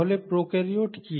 তাহলে প্রোকারিওট কি